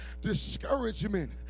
discouragement